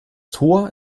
tor